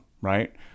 right